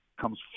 comes